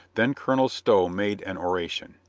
then colonel stow made an oration.